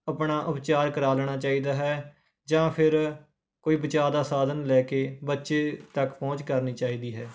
ਆਪਣਾ ਉਪਚਾਰ ਕਰਾ ਲੈਣਾ ਚਾਹੀਦਾ ਹੈ ਜਾਂ ਫਿਰ ਕੋਈ ਬਚਾਅ ਦਾ ਸਾਧਨ ਲੈ ਕੇ ਬੱਚੇ ਤੱਕ ਪਹੁੰਚ ਕਰਨੀ ਚਾਹੀਦੀ ਹੈ